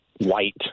white